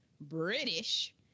British